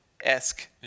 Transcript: esque